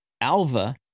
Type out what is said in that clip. Alva